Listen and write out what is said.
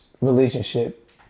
relationship